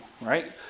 right